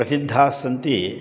प्रसिद्धास्सन्ति